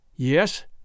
Yes